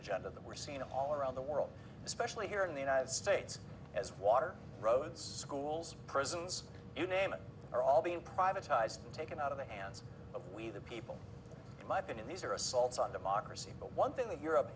agenda that we're seeing all around the world especially here in the united states as water roads schools prisons you name it they're all being privatized taken out of the hands of we the people in my opinion these are assaults on democracy but one thing that europe